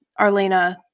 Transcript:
arlena